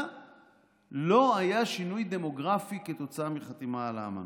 לא היה שינוי דמוגרפי כתוצאה מחתימה על האמנה.